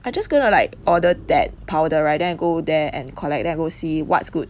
I just gonna like order that powder right then I go there and collect then I go see what's good